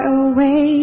away